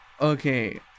okay